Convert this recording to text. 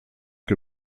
que